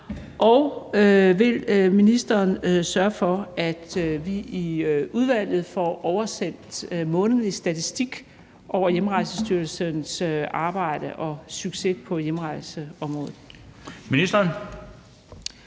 Og vil ministeren sørge for, at vi i udvalget får oversendt en månedlig statistik over Hjemrejsestyrelsens arbejde og succes på hjemrejseområdet?